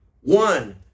one